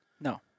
No